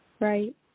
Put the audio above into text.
Right